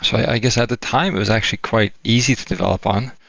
i guess at the time, it was actually quite easy to develop on.